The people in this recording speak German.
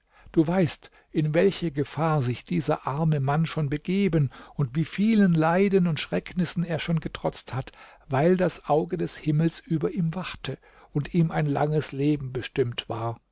du weißt in welche gefahr sich dieser arme mann schon begeben und wievielen leiden und schrecknissen er schon getrotzt hat weil das auge des himmels über ihm wachte und ihm ein langes leben bestimmt war